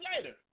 later